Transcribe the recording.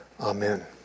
Amen